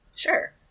sure